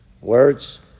Words